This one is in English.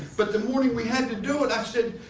but the morning we had to do it, i said,